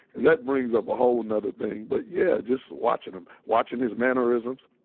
that brings up a whole nother thing, but yeah, just watchin' him, watchin' his mannerisms,